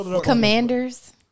Commanders